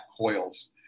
coils